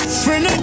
friend